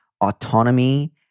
autonomy